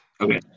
Okay